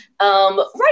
Right